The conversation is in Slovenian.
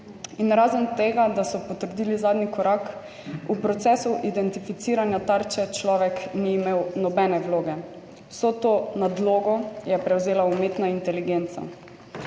razen tega, da so potrdili zadnji korak v procesu identificiranja tarče, človek ni imel nobene vloge, vso to nadlogo je prevzela umetna inteligenca.